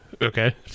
Okay